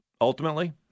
ultimately